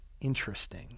interesting